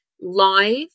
live